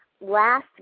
last